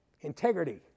Integrity